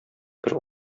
бер